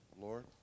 Lord